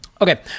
Okay